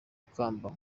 ikamba